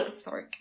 Sorry